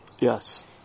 Yes